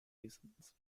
reasons